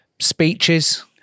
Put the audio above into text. Speeches